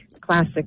classic